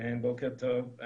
בוקר טוב.